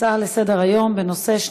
הצעות לסדר-היום מס' 7580,